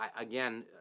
Again